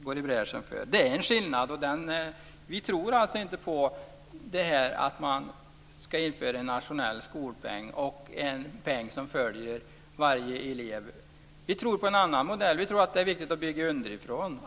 går i bräschen för. Det är en skillnad. Vi tror inte på att man ska införa en nationell skolpeng som följer varje elev. Vi tror på en annan modell. Vi tycker att det är viktigt att bygga underifrån.